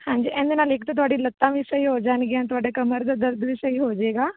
ਹਾਂਜੀ ਇਹਦੇ ਨਾਲ ਇੱਕ ਤਾਂ ਤੁਹਾਡੀ ਲੱਤਾਂ ਵੀ ਸਹੀ ਹੋ ਜਾਣਗੀਆਂ ਤੁਹਾਡੇ ਕਮਰ ਦਾ ਦਰਦ ਵੀ ਸਹੀ ਹੋ ਜਾਏਗਾ